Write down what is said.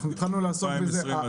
2020,